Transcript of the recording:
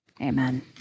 Amen